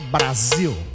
Brazil